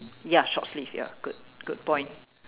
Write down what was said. ya short sleeves ya good good point